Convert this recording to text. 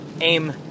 AIM